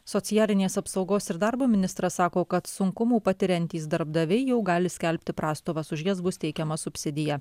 socialinės apsaugos ir darbo ministras sako kad sunkumų patiriantys darbdaviai jau gali skelbti prastovas už jas bus teikiama subsidija